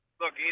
Look